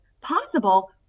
possible